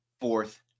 fourth